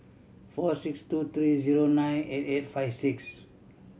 four six two three zero nine eight eight five six